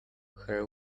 her